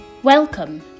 Welcome